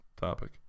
topic